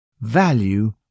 Value